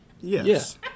Yes